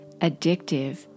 addictive